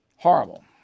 Horrible